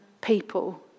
people